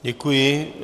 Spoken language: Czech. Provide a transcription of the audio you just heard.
Děkuji.